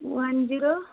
one zero